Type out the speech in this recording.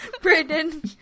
Brandon